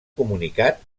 comunicat